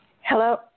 Hello